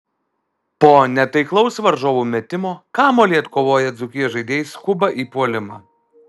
po netaiklaus varžovų metimo kamuolį atkovoję dzūkijos žaidėjai skuba į puolimą